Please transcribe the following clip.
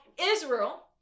Israel